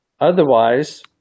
Otherwise